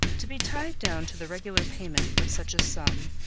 to be tied down to the regular payment of such a sum,